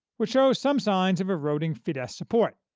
which shows some signs of eroding fidesz support.